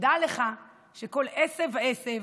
"דע לך שכל עשב ועשב